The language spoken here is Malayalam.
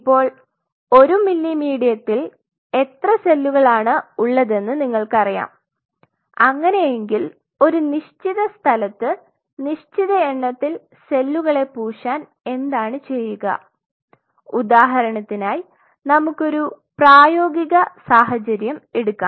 ഇപ്പോൾ ഒരു മില്ലി മീഡിയത്തിൽ എത്ര സെല്ലുകളാണുള്ളതെന്ന് നിങ്ങൾക്കറിയാം അങ്ങനെയെങ്കിൽ ഒരു നിശ്ചിത സ്ഥലത്ത് നിശ്ചിത എണ്ണത്തിൽ സെല്ലുകളെ പൂശാൻ എന്താണ് ചെയ്യുക ഉദാഹരണത്തിനായി നമുക്കൊരു പ്രായോഗിക സാഹചര്യം എടുക്കാം